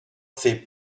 fait